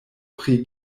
pri